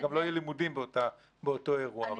גם לא יהיו לימודים באותו אירוע.